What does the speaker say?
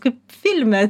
kaip filme